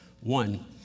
One